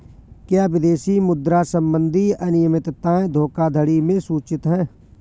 क्या विदेशी मुद्रा संबंधी अनियमितताएं धोखाधड़ी में सूचित हैं?